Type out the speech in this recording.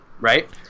Right